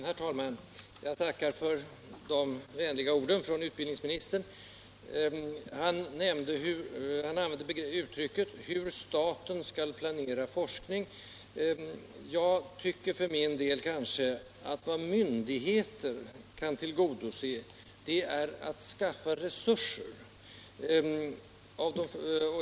Herr talman! Jag tackar för de vänliga orden från utbildningsministern. 1 Han använde uttrycket ”hur staten skall planera forskningsverksamhet”. Jag tycker för min del kanske att vad myndigheter kan tillgodose är att skaffa resurser.